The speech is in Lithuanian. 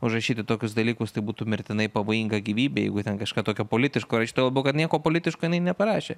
užrašyti tokius dalykus tai būtų mirtinai pavojinga gyvybei jeigu ten kažką tokio politiško iš tuo labiau kad jinai nieko politiško jinai neparašė